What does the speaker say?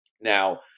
Now